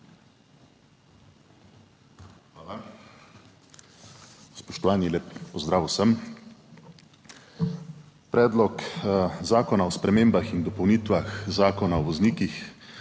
Hvala. Spoštovani, lep pozdrav vsem! Predlog zakona o spremembah in dopolnitvah Zakona o voznikih,